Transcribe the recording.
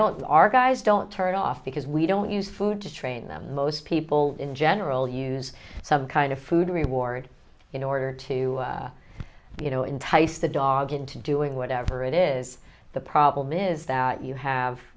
don't our guys don't turn off because we don't use food to train them most people in general use some kind of food reward in order to you know entice the dog into doing whatever it is the problem is that you have